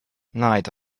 night